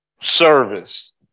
service